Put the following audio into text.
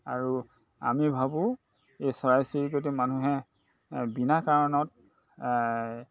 আৰু আমি ভাবোঁ এই চৰাই চিৰিকটি মানুহে বিনা কাৰণত